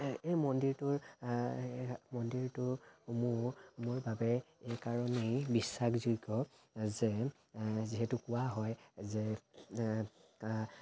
এই মন্দিৰটোৰ মন্দিৰটো মোৰ মোৰ বাবে এই কাৰণেই বিশ্বাসযোগ্য যে যিহেতু কোৱা হয় যে